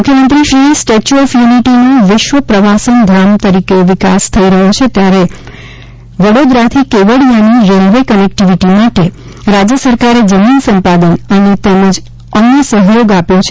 મુખ્યમંત્રીશ્રીએ statue of યુનિટીનો વિશ્વ પ્રવાસન ધામ તરીકે વિકાસ થઇ રહ્યો છે ત્યારે વડોદરાથી કેવડીયાની રેલવે કનેક્ટીવીટી માટે રાજ્યસરકારે જમીન સંપાદન અંગે તેમજ અન્ય સહયોગ આપ્યો છે